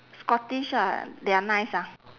scottish ah they're nice ah